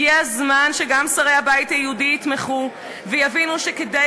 הגיע הזמן שגם שרי הבית היהודי יתמכו ויבינו שכדי